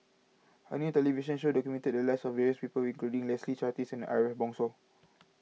a new television show documented the lives of various people including Leslie Charteris and Ariff Bongso